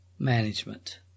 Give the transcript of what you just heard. management